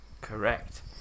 Correct